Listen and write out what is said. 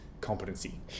competency